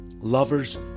Lovers